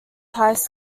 class